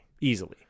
Easily